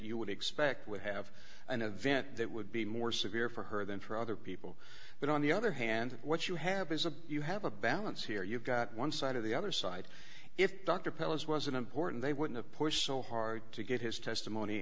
you would expect would have an event that would be more severe for her than for other people but on the other hand what you have is a you have a balance here you've got one side of the other side if dr pelisse wasn't important they wouldn't have pushed so hard to get his testimony